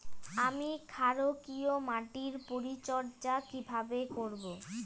আমি ক্ষারকীয় মাটির পরিচর্যা কিভাবে করব?